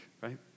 right